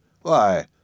Why